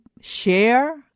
share